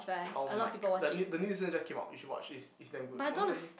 oh my god the new the new season just came out you should watch this is damn good modern family